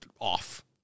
off